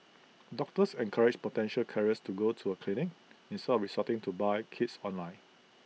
doctors encouraged potential carriers to go to A clinic instead of resorting to buying kits online